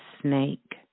snake